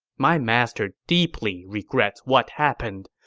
my master deeply regrets what happened,